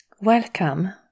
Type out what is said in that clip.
Welcome